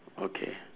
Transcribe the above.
okay